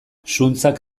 zuntzak